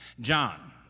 John